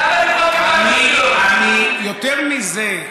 יותר מזה,